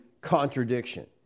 contradiction